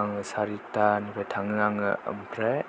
आङो सारिथानिफ्राय थाङो आङो ओमफ्राय